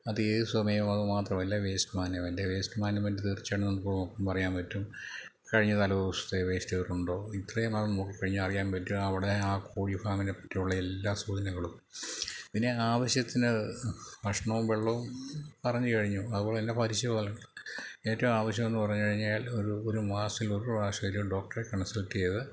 അത് ഏത് സമയവും അതുമാത്രമല്ല വേസ്റ്റ് മാനേമെൻറ് വേസ്റ്റ് മാനുമെൻറ് തീർച്ചയായിട്ടും നമുക്ക് നോക്കുമ്പോള് അറിയാൻ പറ്റും കഴിഞ്ഞ തലേ ദിവസത്തെ വേസ്റ്റുകൾ ഉണ്ടോ ഇത്രയും നാൾ നോക്കിക്കഴിഞ്ഞാൽ അറിയാൻ പറ്റും അവിടെ ആ കോഴിഫാമിനെ പറ്റിയുള്ള എല്ലാ സൂചനകളും പിന്നെ ആവശ്യത്തിന് ഭക്ഷണവും വെള്ളവും പറഞ്ഞു കഴിഞ്ഞു അതുപോലെ എല്ലാം ഏറ്റവും ആവശ്യമെന്ന് പറഞ്ഞുകഴിഞ്ഞാല് ഒരു ഒരു മാസത്തിൽ ഒരു പ്രാവശ്യമെങ്കിലും ഡോക്ടറെ കൺസൾട്ട് ചെയ്ത്